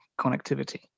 connectivity